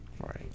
right